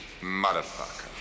motherfucker